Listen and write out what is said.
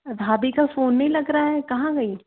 भाभी का फ़ोन नहीं लग रहा है कहाँ गईं